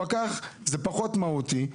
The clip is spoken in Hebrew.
אצל הפקח זה פחות מהותי,